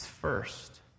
first